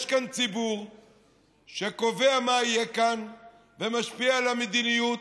יש כאן ציבור שקובע מה יהיה כאן ומשפיע על המדיניות,